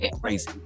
crazy